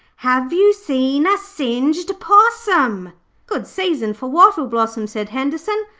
have you seen a singed possum good season for wattle blossom said henderson.